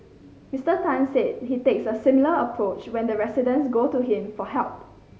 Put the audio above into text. Mister Tan said he takes a similar approach when residents go to him for help